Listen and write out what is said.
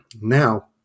now